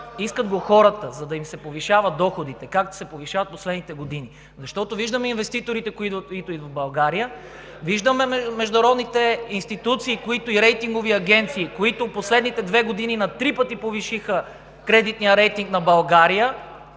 искат хората, за да им се повишават доходите, както се повишават в последните години. Защото виждаме инвеститорите, които идват в България, виждаме международните институции и рейтингови агенции, които в последните две години на три пъти повишиха кредитния рейтинг на България